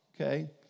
okay